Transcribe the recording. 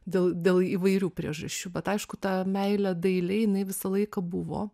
dėl dėl įvairių priežasčių bet aišku ta meilė dailei jinai visą laiką buvo